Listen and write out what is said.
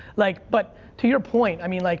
like but to your point, i mean, like